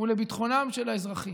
ולביטחונם של האזרחים.